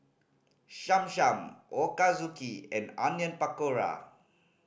Cham Cham Ochazuke and Onion Pakora